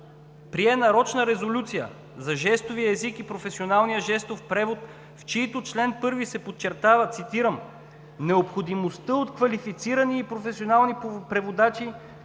прие нарочна резолюция за жестовия език и професионалния жестов превод в чийто чл. 1 се подчертава, цитирам: „Необходимостта от квалифицирани и професионални преводачи,